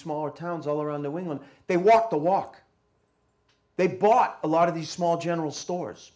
smaller towns all around the women they walk the walk they bought a lot of these small general stores